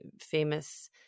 famous